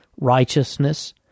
Righteousness